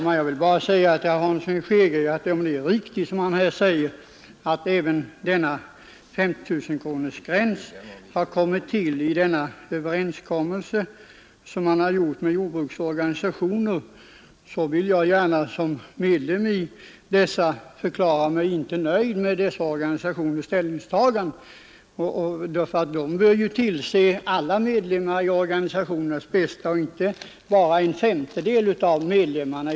Herr talman! Om det är riktigt som herr Hansson i Skegrie säger att även denna 50 000-kilosgräns har kommit till i den överenskommelse som träffades med jordbrukets organisationer vill jag gärna som medlem i dessa förklara mig inte nöjd med organisationernas ställningstagande. De bör se till alla medlemmars bästa och inte bara till en femtedel av medlemmarna.